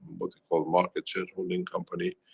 but you call, market shareholding company.